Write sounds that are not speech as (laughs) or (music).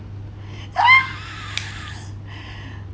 (laughs)